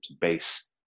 base